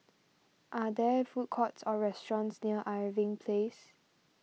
are there food courts or restaurants near Irving Place